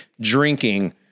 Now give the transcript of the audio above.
drinking